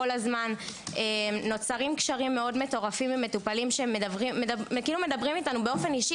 כל הזמן נוצרים קשרים מטורפים עם מטופלים שמדברים אתנו באופן אישי,